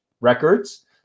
records